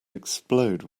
explode